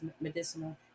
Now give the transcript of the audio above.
medicinal